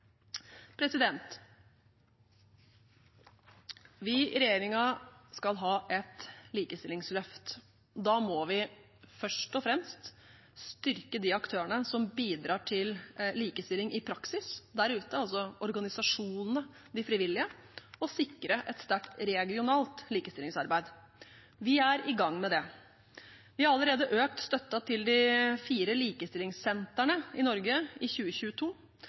Vi i regjeringen skal ha et likestillingsløft. Da må vi først og fremst styrke de aktørene som bidrar til likestilling i praksis der ute, altså organisasjonene, de frivillige, og sikre et sterkt regionalt likestillingsarbeid. Vi er i gang med det. Vi har allerede økt støtten til de fire likestillingssentrene i Norge i 2022.